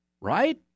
Right